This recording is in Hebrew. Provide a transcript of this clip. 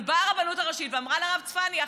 אבל באה הרבנות הראשית ואמרה לרב צפניה,